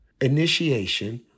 initiation